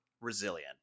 resilient